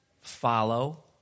Follow